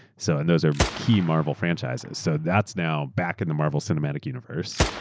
so and those are key marvel franchises so that's now back in the marvel cinematic universe.